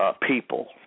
people